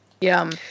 Yum